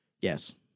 Yes